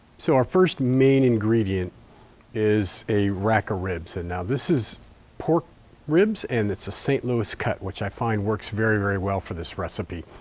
so our first main ingredient is a rack of ribs. and now this is pork ribs and it's a st. louis cut which i find works very, very well for this recipe.